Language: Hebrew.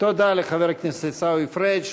תודה לחבר הכנסת עיסאווי פריג'.